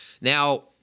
Now